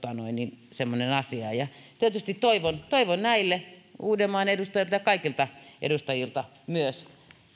semmoinen asia tietysti toivon toivon näille uudenmaan edustajilta ja kaikilta edustajilta myös